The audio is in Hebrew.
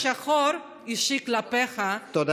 וזה דגל שחור אישי כלפיך, תודה.